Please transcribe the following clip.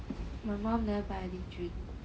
my mum never buy any drink